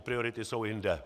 Priority jsou jinde.